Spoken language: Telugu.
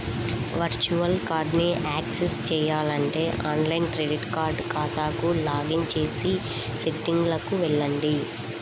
వర్చువల్ కార్డ్ని యాక్సెస్ చేయాలంటే ఆన్లైన్ క్రెడిట్ కార్డ్ ఖాతాకు లాగిన్ చేసి సెట్టింగ్లకు వెళ్లండి